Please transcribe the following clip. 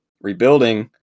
rebuilding